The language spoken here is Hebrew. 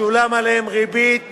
תשולם עליהם ריבית